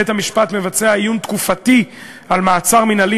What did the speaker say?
בית-המשפט מבצע עיון תקופתי על מעצר מינהלי,